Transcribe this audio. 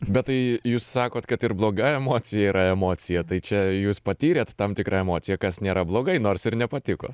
bet tai jūs sakot kad ir bloga emocija yra emocija tai čia jūs patyrėt tam tikrą emociją kas nėra blogai nors ir nepatiko